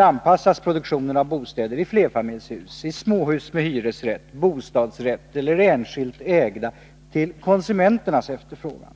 anpassas produktionen av bostäder — i flerfamiljshus, i småhus med hyresrätt eller bostadsrätt eller som är enskilt ägda — till konsumenternas efterfrågan.